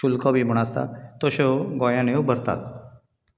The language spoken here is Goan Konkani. शुल्क बी म्हूण आसता तश्यो गोंयांत ह्यो भरतात